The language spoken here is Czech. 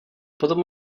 potom